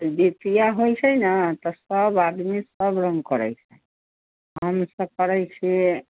जीतिया होइत छै ने तऽ सभ आदमी सभ रङ्ग करैत छै हमसभ करैत छियै